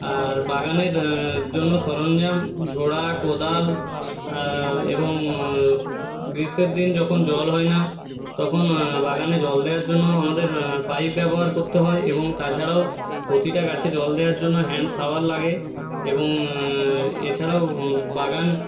আর বাগানের জন্য সরঞ্জাম ঝোড়া কোদাল এবং গ্রীষ্মের দিনে যখন জল হয় না তখন বাগানে জল দেওয়ার জন্য আমাদের পাইপ ব্যবহার করতে হয় এবং তাছাড়াও প্রতিটা গাছে জল দেওয়ার জন্য হ্যান্ড শাওয়ার লাগে এবং এছাড়াও বাগান